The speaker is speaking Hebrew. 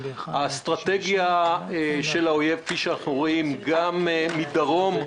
האסטרטגיה של האויב, כפי שאנחנו רואים, גם מדרום: